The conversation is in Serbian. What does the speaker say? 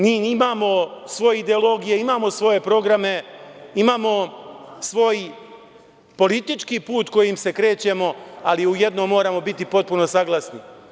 Mi imamo svoje ideologije, imamo svoje programe, imamo svoj politički put kojim se krećemo, ali u jednom moramo biti potpuno saglasni.